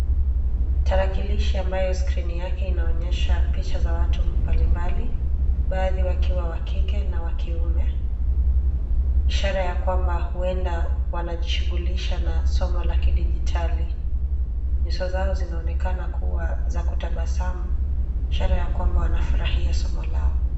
Tarakilishi ambayo skrini yake inaonyesha picha za watu mbalimbali, baadhi wakiwa wa kike na wa kiume. Ishara ya kwamba huenda wanajishughulisha na somo la kidigitali. Nyuso zao zinaonekana kuwa za kutabasamu, ishara ya kwamba wanafurahia somo lao.